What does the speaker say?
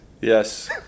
Yes